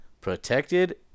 protected